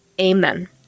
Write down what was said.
Amen